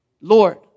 Lord